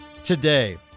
today